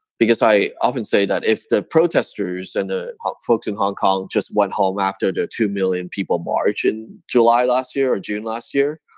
because i often say that if the protesters and the folks in hong kong just went home after the two million people march in july last year or june last year,